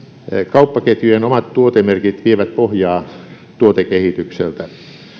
kauppaketjujen omat tuotemerkit vievät pohjaa tuotekehitykseltä